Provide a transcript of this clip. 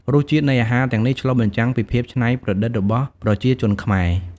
រសជាតិនៃអាហារទាំងនេះឆ្លុះបញ្ចាំងពីភាពឆ្នៃប្រឌិតរបស់ប្រជាជនខ្មែរ។